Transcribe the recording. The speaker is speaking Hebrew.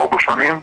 ארבע שנים,